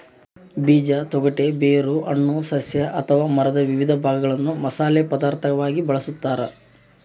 ಬೀಜ ತೊಗಟೆ ಬೇರು ಹಣ್ಣು ಸಸ್ಯ ಅಥವಾ ಮರದ ವಿವಿಧ ಭಾಗಗಳನ್ನು ಮಸಾಲೆ ಪದಾರ್ಥವಾಗಿ ಬಳಸತಾರ